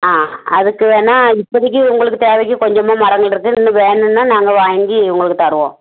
ஆ அதுக்கு வேணுனா இப்போதிக்கு உங்களுக்கு தேவைக்கு கொஞ்சமாக மரங்கள் இருக்குது இன்னும் வேணும்னா நாங்கள் வாங்கி உங்களுக்குத் தருவோம்